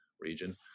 region